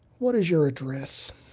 what is your address?